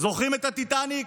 זוכרים את הטיטניק?